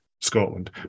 Scotland